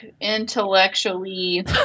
intellectually